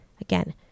Again